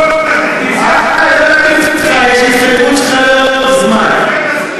אה, הבנתי אותך, יש התחייבות שלך לאורך זמן.